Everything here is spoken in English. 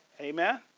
Amen